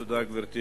תודה, גברתי.